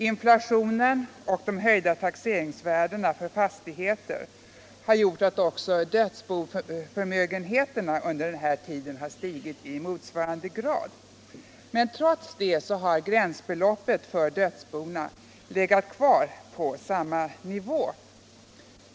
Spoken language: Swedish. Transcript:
Inflationen och de höjda taxeringsvärdena för fastigheter har gjort att också dödsboförmögenheterna under denna tid stigit i motsvarande grad. Trots detta har gränsbeloppet för dödsbona legat kvar på samma nivå.